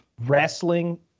wrestling